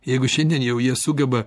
jeigu šiandien jau jie sugeba